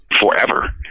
forever